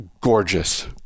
gorgeous